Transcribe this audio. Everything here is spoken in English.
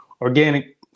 organic